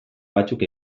batzuk